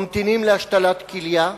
ממתינים להשתלת כליה.